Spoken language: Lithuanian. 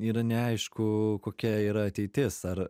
yra neaišku kokia yra ateitis ar